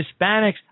Hispanics